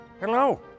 hello